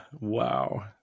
Wow